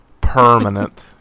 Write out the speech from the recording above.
Permanent